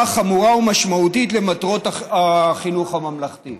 חמורה ומשמעותית למטרות החינוך הממלכתי?